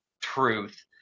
truth